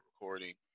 recording